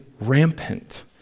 rampant